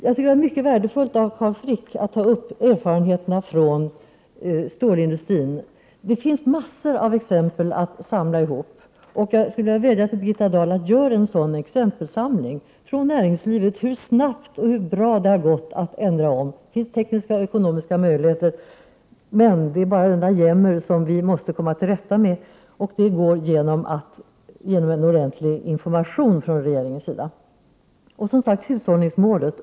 Jag tycker det var mycket värdefullt att Carl Frick tog upp erfarenheterna från stålindustrin. Det finns en mängd exempel att samla ihop. Jag skulle vilja vädja till Birgitta Dahl: Gör en sådan exempelsamling från näringslivet! Visa hur snabbt och bra det har gått att ändra teknik. Det finns tekniska och ekonomiska möjligheter. Det är bara denna jämmer som vi måste komma till rätta med. Det går att komma till rätta med den genom en ordentlig information från regeringens sida. Jag nämnde hushållningsmålet.